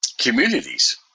communities